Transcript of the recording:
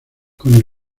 con